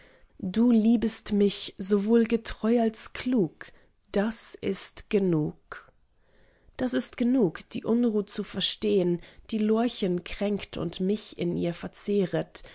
du liebest mich sowohl getreu als klug das ist genug das ist genug die unruh zu verstehn die lorchen kränkt und mich in ihr verzehret